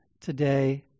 today